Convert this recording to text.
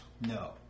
No